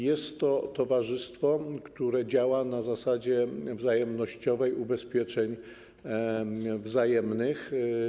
Jest to towarzystwo, które działa na zasadzie wzajemnościowej, ubezpieczeń wzajemnych.